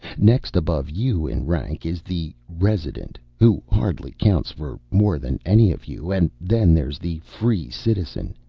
next above you in rank is the resident, who hardly counts for more than any of you, and then there's the free citizen.